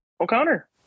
O'Connor